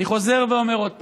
אני חוזר ואומר עוד פעם: